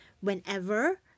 whenever